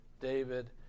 David